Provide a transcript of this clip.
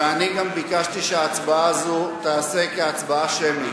וגם ביקשתי שההצבעה הזאת תהיה הצבעה שמית.